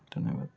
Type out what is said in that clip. धन्यवाद